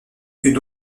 une